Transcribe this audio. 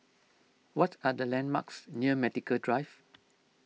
what are the landmarks near Medical Drive